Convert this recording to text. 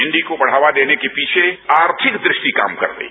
हिंदी को बढ़ावा देने के पीछे आर्थिक दृष्टि काम करती है